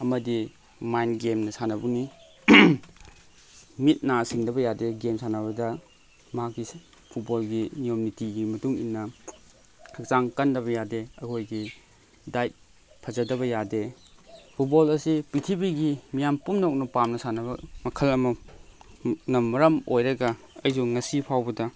ꯑꯃꯗꯤ ꯃꯥꯏꯟ ꯒꯦꯝꯅ ꯁꯥꯟꯅꯕꯅꯤ ꯃꯤꯠ ꯅꯥ ꯁꯤꯡꯗꯕ ꯌꯥꯗꯦ ꯒꯦꯝ ꯁꯥꯟꯅꯕꯗ ꯃꯍꯥꯛꯀꯤ ꯐꯨꯠꯕꯣꯜꯒꯤ ꯅꯤꯌꯣꯝ ꯅꯤꯇꯤꯒꯤ ꯃꯇꯨꯡ ꯏꯟꯅ ꯍꯛꯆꯥꯡ ꯀꯟꯗꯕ ꯌꯥꯗꯦ ꯑꯩꯈꯣꯏꯒꯤ ꯗꯥꯏꯠ ꯐꯖꯗꯕ ꯌꯥꯗꯦ ꯐꯨꯠꯕꯣꯜ ꯑꯁꯤ ꯄ꯭ꯔꯤꯊꯤꯕꯤꯒꯤ ꯃꯤꯌꯥꯝ ꯄꯨꯝꯅꯃꯛꯅ ꯄꯥꯝꯅ ꯁꯥꯟꯅꯕ ꯃꯈꯜ ꯑꯃ ꯅ ꯃꯔꯝ ꯑꯣꯏꯔꯒ ꯑꯩꯁꯨ ꯉꯁꯤ ꯐꯥꯎꯕꯗ